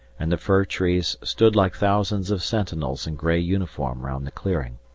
and the fir trees stood like thousands of sentinels in grey uniform round the clearing.